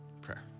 prayer